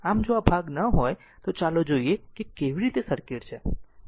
આમ જો આ ભાગ ન હોય તો ચાલો જોઈએ કે કેવી રીતે સર્કિટ છે